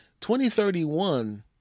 2031